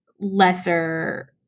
lesser